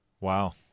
Wow